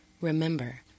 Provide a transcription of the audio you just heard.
Remember